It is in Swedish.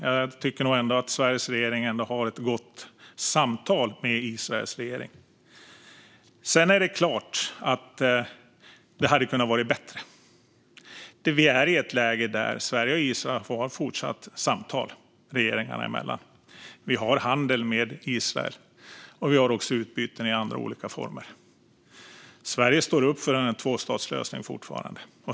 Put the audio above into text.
Jag tycker ändå att Sveriges regering har ett gott samtal med Israels regering. Sedan är det klart att det hade kunnat vara bättre. Vi är i ett läge där Sverige och Israel fortsätter att ha samtal regeringarna emellan. Vi har handel med Israel, och vi har också utbyten i olika andra former. Sverige står fortfarande upp för en tvåstatslösning.